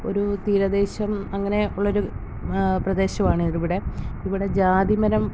ഒരു തീരദേശം അങ്ങനെ ഉള്ള ഒരു പ്രദേശമാണ് ഇത് ഇവിടെ ഇവിടെ ജാതിമരം